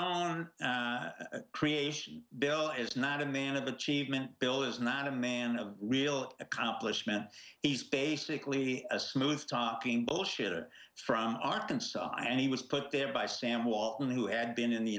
own creation bill is not a man of achievement bill is not a man of real accomplishment he's basically a smooth topping bullshitter from arkansas and he was put there by sam was you know who had been in the